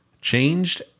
changed